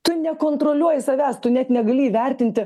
tu nekontroliuoji savęs tu net negali įvertinti